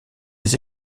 des